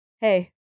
hey